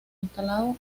instalado